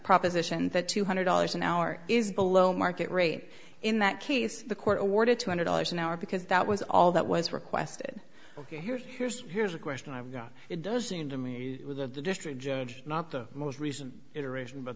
proposition that two hundred dollars an hour is below market rate in that case the court awarded two hundred dollars an hour because that was all that was requested ok here's here's here's a question i've got it does seem to me of the district judge not the most recent